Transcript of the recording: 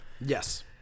Yes